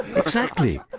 exactly!